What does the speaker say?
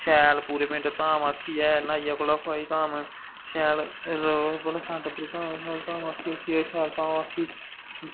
शैल पूरे पिंड धाम आक्खियै नाइयै कोला दा खोआई धाम शैल धाम आक्खी उक्खियै शैल धाम आक्खी